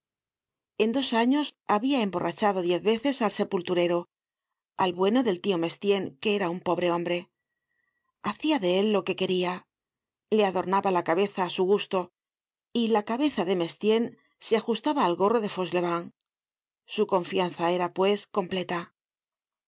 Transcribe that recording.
en dos años habia emborrachado diez veces al sepulturero al bueno del tio mestienne que era un pobre hombre hacia de él lo que quería le adornaba la cabeza á su gusto y la cabeza de mestienne se ajustaba al gorro de fauchelevent su confianza era pues completa